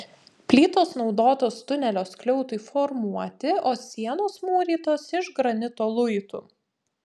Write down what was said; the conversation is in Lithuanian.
plytos naudotos tunelio skliautui formuoti o sienos mūrytos iš granito luitų